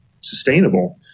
sustainable